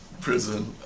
prison